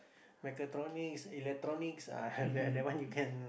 mechatronics electronics ah that one you can